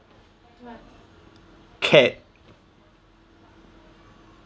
cat